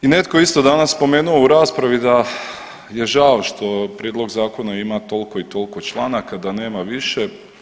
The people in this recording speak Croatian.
I netko je isto danas spomenuo u raspravi da je žao što prijedlog zakona ima toliko i toliko članaka, da nema više.